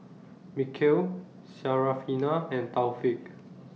Mikhail Syarafina and Taufik